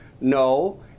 no